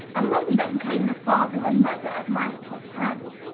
among them came the father and mother of my little friend.